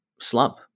slump